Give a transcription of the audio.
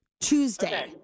Tuesday